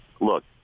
look